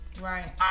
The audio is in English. Right